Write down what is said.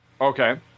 Okay